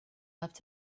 left